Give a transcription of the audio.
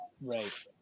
right